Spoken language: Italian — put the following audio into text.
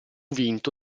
vinto